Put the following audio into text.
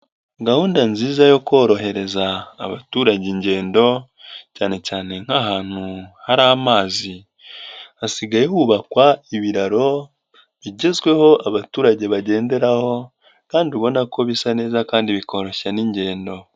Gahunda nziza yo korohereza abaturage ingendo cyane cyane nk'ahantu hari amazi, hasigaye hubakwa ibiraro bigezweho abaturage bagenderaho kandi ubona ko bisa neza kandi bikoroshya n'ingendo.